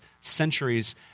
centuries